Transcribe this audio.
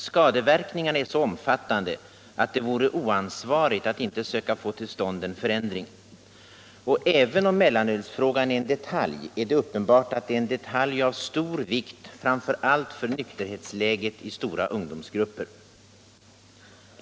Skadeverkningarna är så omfattande att det vore oansvarigt att inte söka få till stånd en förändring. Och även om mellanölsfrågan är en detalj, är den uppenbart en detalj av stor vikt, framför allt för nykterhetsläget i stora ungdomsgrupper.